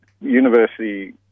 university